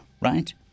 right